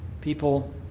People